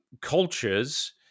cultures